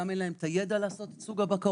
שגם אין להם את הידע לעשות את סוג הבקרות